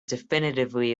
definitively